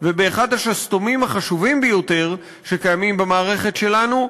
ובאחד השסתומים החשובים ביותר שקיימים במערכת שלנו,